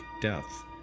Death